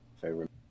favorite